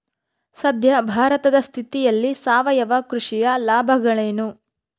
ಸದ್ಯ ಭಾರತದ ಸ್ಥಿತಿಯಲ್ಲಿ ಸಾವಯವ ಕೃಷಿಯ ಲಾಭಗಳೇನು?